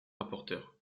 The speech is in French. rapporteur